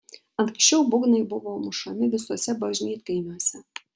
anksčiau būgnai buvo mušami visuose bažnytkaimiuose